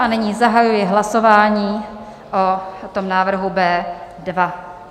Nyní zahajuji hlasování o návrhu B2.